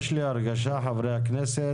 יש לי הרגשה, חברי הכנסת,